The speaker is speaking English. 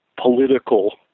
political